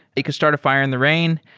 they could start a fire in the rain.